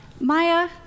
Maya